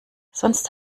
sonst